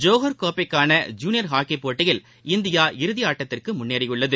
Johor கோப்பைக்கான junior hockey போட்டியில் India இறதி ஆட்டத்திற்கு முன்னேறியுள்ளது